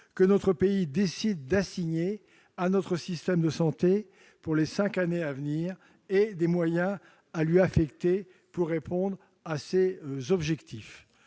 que notre pays décide d'assigner à notre système de santé pour les cinq années à venir et des moyens à lui affecter pour répondre à ces objectifs.